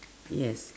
yes